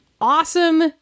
awesome